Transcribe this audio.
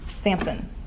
Samson